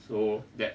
so that